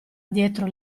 dietro